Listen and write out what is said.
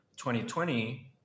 2020